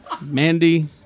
Mandy